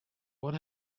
what